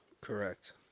Correct